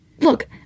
Look